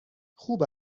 خوب